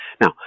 Now